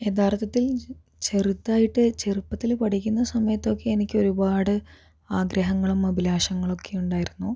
യഥാർഥത്തിൽ ചെറുതായിട്ട് ചെറുപ്പത്തിൽ പഠിക്കുന്ന സമയത്തൊക്കെ എനിക്കൊരുപാട് ആഗ്രഹങ്ങളും അഭിലാഷങ്ങളും ഒക്കെയുണ്ടായിരുന്നു